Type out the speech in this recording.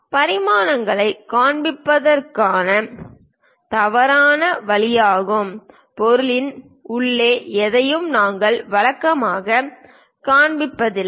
பரிமாணங்களைக் காண்பிப்பதற்கான தவறான வழியாகும் பொருளின் உள்ளே எதையும் நாங்கள் வழக்கமாக காண்பிப்பதில்லை